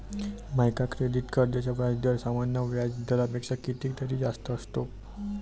micro credit कर्जांचा व्याजदर सामान्य व्याज दरापेक्षा कितीतरी जास्त असतो